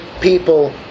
people